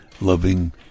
loving